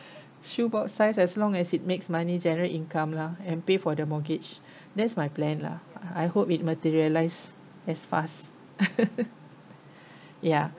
shoe box size as long as it makes money generate income lah and pay for their mortgage that's my plan lah I hope it materialise as fast ya